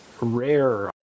rare